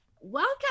Welcome